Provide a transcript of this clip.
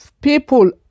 People